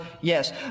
yes